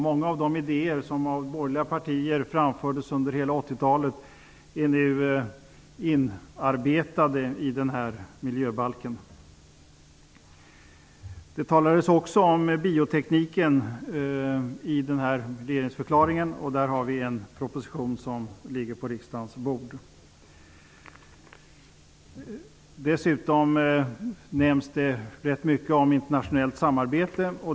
Många av de idéer som framfördes av borgerliga partier under hela 80-talet är nu inarbetade i denna miljöbalk. I regeringsförklaringen talas det också om bioteknik. I det ärendet ligger en proposition på riksdagens bord. Dessutom nämns det rätt mycket om internationellt samarbete.